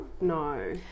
No